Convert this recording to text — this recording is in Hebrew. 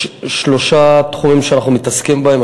יש שלושה תחומים שאנחנו מתעסקים בהם.